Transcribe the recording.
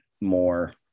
more